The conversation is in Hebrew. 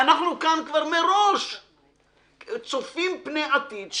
אנחנו כאן כבר מראש צופים פני העתיד.